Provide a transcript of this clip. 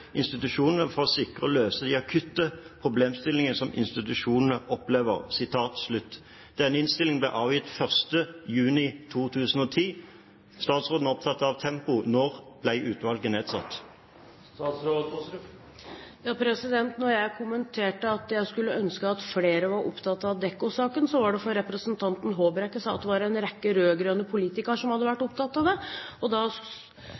løse de akutte problemstillingene som institusjonene opplever.» Denne innstillingen ble avgitt 1. juni 2010. Statsråden er opptatt av tempo. Når ble utvalget nedsatt? Da jeg kommenterte at jeg skulle ønske at flere var opptatt av Adecco-saken, så var det fordi representanten Håbrekke sa det var en rekke rød-grønne politikere som hadde vært opptatt av det, og da